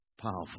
powerful